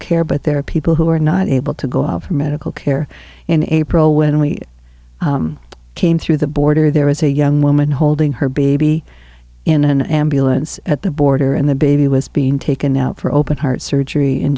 care but there are people who are not able to go of her medical care and april when we came through the border there was a young woman holding her baby in an ambulance at the border and the baby was being taken out for open heart surgery